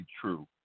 true